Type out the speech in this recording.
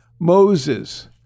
Moses